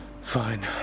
Fine